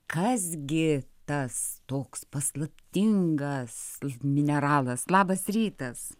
kas gi tas toks paslaptingas mineralas labas rytas